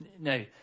No